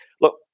look